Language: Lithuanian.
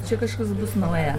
čia kažkas bus nauja